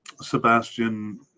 Sebastian